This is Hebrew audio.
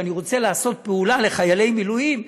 שאני רוצה לעשות פעולה לחיילי מילואים,